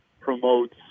promotes